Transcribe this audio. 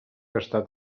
gastar